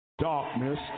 darkness